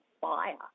fire